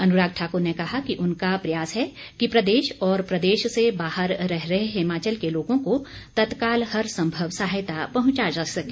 अनुराग ठाकुर ने कहा कि उनका प्रयास है कि प्रदेश और प्रदेश से बाहर रह रहे हिमाचल के लोगों को तत्काल हर संभव सहायता पहुंचाई जा सके